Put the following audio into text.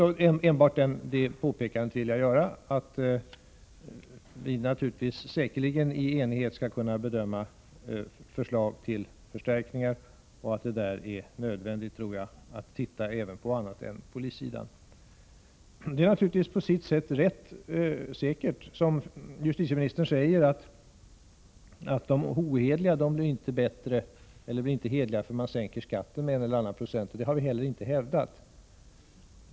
Enbart det påpekandet vill jag göra att vi säkerligen i enighet skall kunna bedöma förslag till förstärkningar och att det därvid är nödvändigt att titta på annat än polissidan. Det är naturligtvis på sitt sätt ganska säkert, som justitieministern säger, att de ohederliga inte blir hederligare för att man sänker skatten med en eller annan procent. Det har vi heller inte hävdat.